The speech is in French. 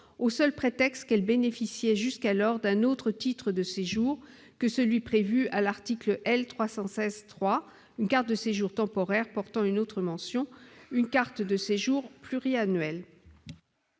au seul prétexte qu'elles bénéficiaient jusqu'alors d'un autre titre de séjour que celui qui est prévu à l'article L. 316-3, que ce soit une carte de séjour temporaire portant une autre mention ou une carte de séjour pluriannuelle.